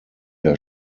der